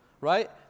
right